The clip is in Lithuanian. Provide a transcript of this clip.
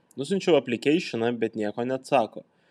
nusiunčiau aplikeišiną bet nieko neatsako